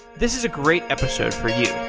this is a great episode for you